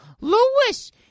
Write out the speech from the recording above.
Lewis